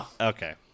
Okay